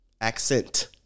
Accent